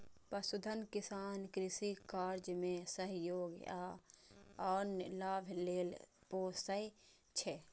पशुधन किसान कृषि कार्य मे सहयोग आ आन लाभ लेल पोसय छै